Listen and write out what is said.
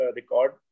record